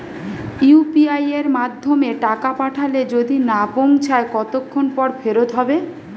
UPI য়ের মাধ্যমে টাকা পাঠালে যদি না পৌছায় কতক্ষন পর ফেরত হবে?